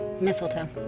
Mistletoe